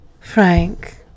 Frank